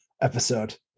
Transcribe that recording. episode